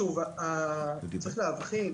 שוב, צריך להבחין